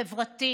חברתית,